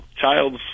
child's